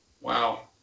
wow